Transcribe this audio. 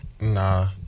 Nah